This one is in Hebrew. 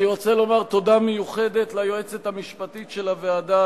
אני רוצה לומר תודה מיוחדת ליועצת המשפטית של הוועדה,